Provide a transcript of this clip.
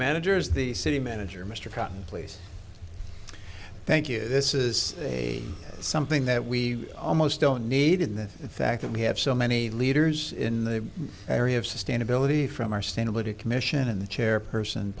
managers the city manager mr patten please thank you this is a something that we almost don't need in the fact that we have so many leaders in the area of sustainability from our standard a commission in the chairperson